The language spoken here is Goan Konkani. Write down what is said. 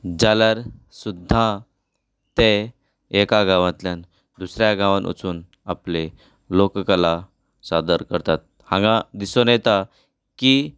जाल्यार सुद्दा ते एका गांवांतल्यान दुसऱ्या गावांत वचून आपली लोककला सादर करतात हांगा दिसून येता की